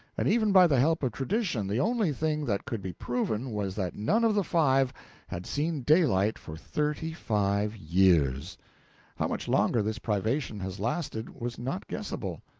and even by the help of tradition the only thing that could be proven was that none of the five had seen daylight for thirty-five years how much longer this privation has lasted was not guessable.